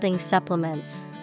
supplements